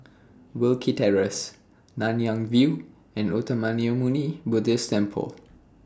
Wilkie Terrace Nanyang View and Uttamayanmuni Buddhist Temple